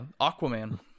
Aquaman